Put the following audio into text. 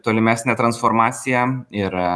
tolimesnę transformaciją ir